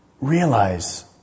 realize